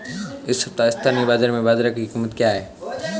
इस सप्ताह स्थानीय बाज़ार में बाजरा की कीमत क्या है?